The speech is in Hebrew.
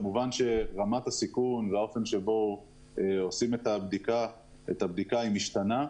כמובן שרמת הסיכון והאופן שבו עושים את הבדיקה היא משתנה.